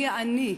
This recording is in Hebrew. אני עני.